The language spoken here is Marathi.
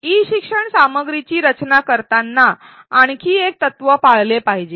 ई शिक्षण सामग्रीची रचना करताना आणखी एक तत्त्व पाळले पाहिजे